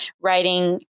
writing